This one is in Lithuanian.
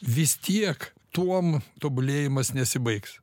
vis tiek tuom tobulėjimas nesibaigs